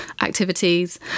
activities